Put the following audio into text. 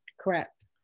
Correct